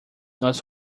nós